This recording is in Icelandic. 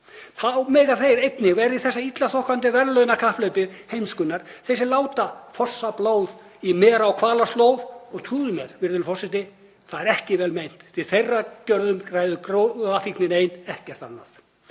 Þá mega þeir einnig vera í þessa illa þokkaða verðlaunakapphlaupi heimskunnar sem láta fossa blóð í mera- og hvalaslóð. Og trúðu mér, virðulegi forseti, það er ekki vel meint, því að þeirra gjörðum ræður gróðafíknin ein, ekkert annað.